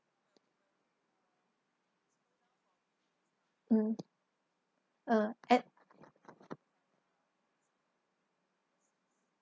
mm err at